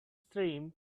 stream